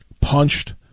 punched